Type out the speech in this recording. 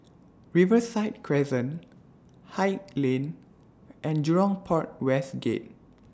Riverside Crescent Haig Lane and Jurong Port West Gate